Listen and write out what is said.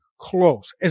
close